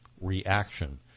reaction